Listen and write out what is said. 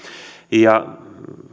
ja